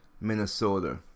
Minnesota